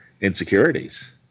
insecurities